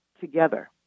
together